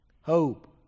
hope